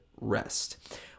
rest